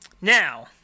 Now